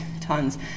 tons